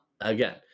again